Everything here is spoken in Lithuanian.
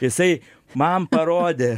jisai man parodė